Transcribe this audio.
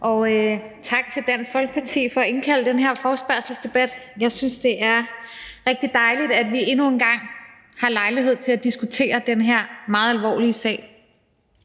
Tak til Dansk Folkeparti for at indkalde til den her forespørgselsdebat. Jeg synes, det er rigtig dejligt, at vi endnu en gang har lejlighed til at diskutere den her meget alvorlige sag.